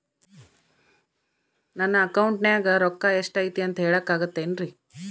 ನನ್ನ ಅಕೌಂಟಿನ್ಯಾಗ ರೊಕ್ಕ ಎಷ್ಟು ಐತಿ ಅಂತ ಹೇಳಕ ಆಗುತ್ತೆನ್ರಿ?